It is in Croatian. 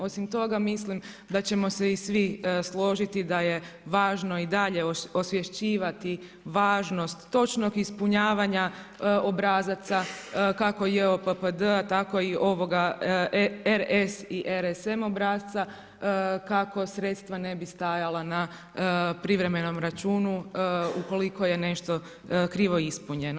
Osim toga mislim da ćemo se i svi složiti da je važno i dalje osvješćivati važnost točnog ispunjavanja obrazaca kako JOPPD-a tako i ovoga RS i RSM obrasca kako sredstva ne bi stajala na privremenom računu ukoliko je nešto krivo ispunjeno.